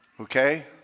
Okay